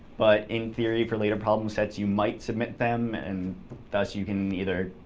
but in theory, for later problem sets, you might submit them, and thus you can either